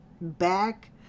back